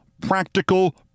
practical